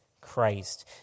Christ